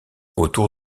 autour